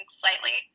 slightly